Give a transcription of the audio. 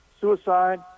suicide